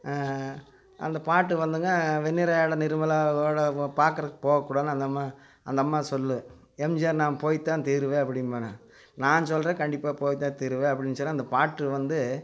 அந்தப் பாட்டு வந்துங்க வெண்ணிற ஆடை நிர்மலா ஓட ஓ பார்க்கறக் போகக்கூடாதுனு அந்த அம்மா அந்த அம்மா சொல்லும் எம்ஜிஆர் நான் போயித்தான் தீருவேன் அப்படின்பான நான் சொல்கிறேன் கண்டிப்பாக போயித்தான் தீருவேன் அப்படின் சொல்லி அந்தப் பாட்டு வந்து